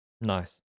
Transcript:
Nice